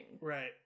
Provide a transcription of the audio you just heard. Right